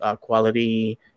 quality